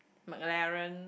McLaren